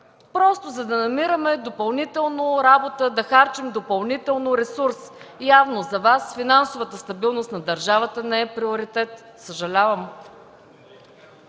Просто да намираме допълнително работа, да харчим допълнително ресурс. Явно за Вас финансовата стабилност на държавата не е приоритет. Съжалявам!